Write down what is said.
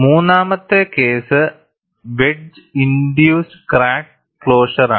മൂന്നാമത്തെ case wedge induced crack ക്ലോസറാണ്